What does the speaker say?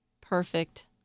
perfect